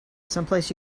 someplace